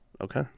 Okay